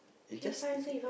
eh just